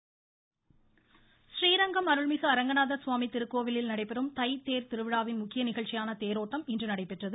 கோவில் றீரங்கம் அருள்மிகு அரங்கநாதர் சுவாமி திருக்கோவிலில் நடைபெறும் தைத்தோ திருவிழாவின் முக்கிய நிகழ்ச்சியான தேரோட்டம் இன்று நடைபெற்றது